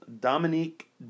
Dominique